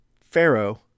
Pharaoh